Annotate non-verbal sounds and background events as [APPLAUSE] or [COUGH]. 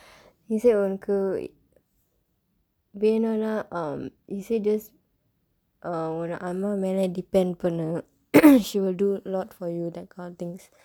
he said உனக்கு வேணும்னா:unnakku veenumnaa um he said just uh உன் அம்மா மேல:un ammaa meela depend பன்னு:pannu [COUGHS] she will do a lot for you that kind of things